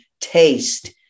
taste